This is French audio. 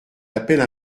appelle